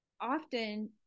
often